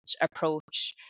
approach